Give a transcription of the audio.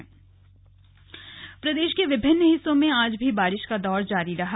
slug मौसम प्रदेश के विभिन्न हिस्सों में आज भी बारिश का दौर जारी रहा